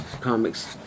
comics